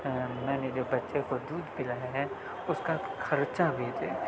میں نے جو بچے کو دودھ پلایا ہے اس کا خرچہ بھی دے